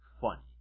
funny